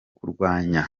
kurwanya